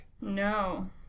No